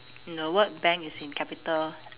the word bank is in capital